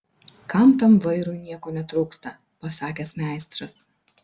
kad tam vairui nieko netrūksta pasakęs meistras